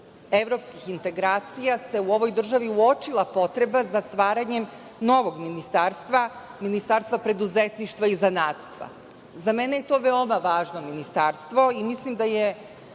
evropskih integracija, u ovoj državi se uočila potreba za stvaranjem novog ministarstva – Ministarstva preduzetništva i zanatstva. Za mene je to veoma važno ministarstvo i mislim da je,